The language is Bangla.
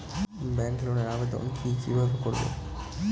ব্যাংক লোনের আবেদন কি কিভাবে করব?